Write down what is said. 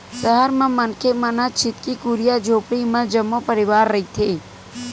सहर म मनखे मन छितकी कुरिया झोपड़ी म जम्मो परवार रहिथे